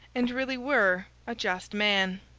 and really were a just man.